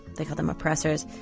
they called them oppressors.